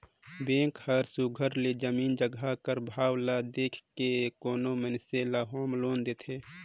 bank हर सुग्घर ले जमीन जगहा कर भाव ल देख के कोनो मइनसे ल होम लोन देथे